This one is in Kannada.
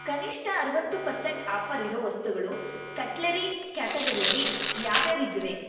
ಕನಿಷ್ಠ ಅರವತ್ತು ಪರ್ಸೆಂಟ್ ಆಫರ್ ಇರೋ ವಸ್ತುಗಳು ಕಟ್ಲರಿ ಕ್ಯಾಟಗರಿಲಿ ಯಾವ್ಯಾವು ಇದಾವೆ